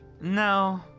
no